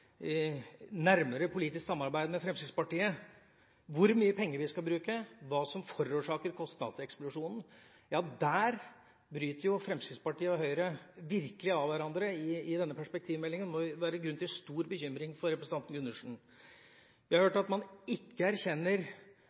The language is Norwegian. i nærmere politisk samarbeid med Fremskrittspartiet – hvor mye penger vi skal bruke og hva som forårsaker kostnadseksplosjonen. Ja, der bryter Fremskrittspartiet og Høyre virkelig av hverandre i denne perspektivmeldinga. Det må være grunn til stor bekymring for representanten Gundersen. Vi har hørt at man ikke erkjenner